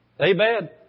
Amen